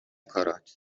کارات